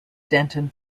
denton